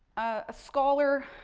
a scholar,